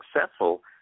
successful